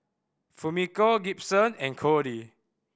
Fumiko Gibson and Codey